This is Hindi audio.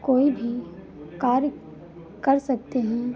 कोई भी कार्य कर सकते हैं